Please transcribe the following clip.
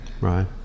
Right